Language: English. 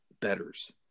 betters